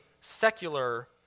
secular